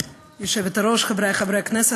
היושבת-ראש, חבריי חברי הכנסת,